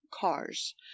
cars